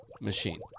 machine